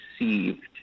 received